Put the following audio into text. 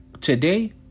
Today